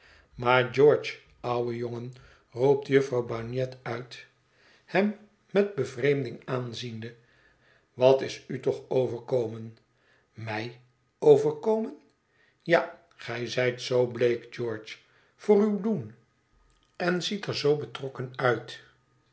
maar george oude jongen roept jufvrouw bagnet uit hem met bevreemding aanziende wat is u toch overkomen mij overkomen ja gij zijt zoo bleek george voor uw doen en ziet er zoo betrokken uit